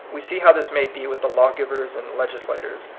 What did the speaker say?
we see how this may be with the lawgivers and legislators,